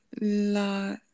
la